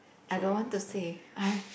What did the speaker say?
I don't want to say I